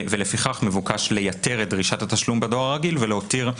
ולפיכך מבוקש לייתר את דרישת התשלום בדואר הרגיל ולהותיר את